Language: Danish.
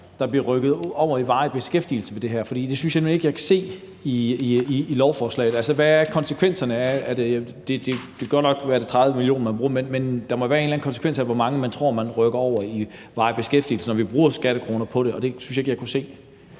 der bliver rykket over i varig beskæftigelse med det her; for det synes jeg nemlig ikke at jeg kan se i lovforslaget. Altså, hvad er konsekvenserne af de godt 30 mio. kr., man bruger? Der må være en eller anden konsekvens i forhold til, hvor mange man tror man rykker over i varig beskæftigelse, når vi bruger skattekroner på det – og det synes jeg ikke jeg kunne se.